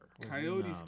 Coyote's